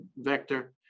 vector